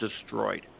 destroyed